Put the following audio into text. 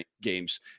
games